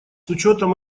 учетом